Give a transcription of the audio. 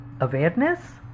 awareness